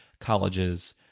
colleges